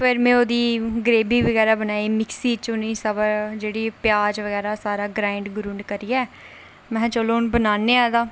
फिर में ओह्दी ग्रेवी बगैरा बनाई फ्ही मिक्सी च उ'नेंगी जेह्ड़ा प्याज़ बगैरा ग्राइंड करियै महै चलो हून बनान्ने आं एह्दा